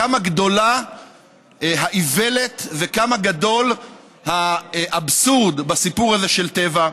כמה גדולה האיוולת וכמה גדול האבסורד בסיפור הזה של טבע.